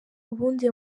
ubundi